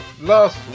Last